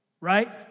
right